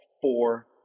four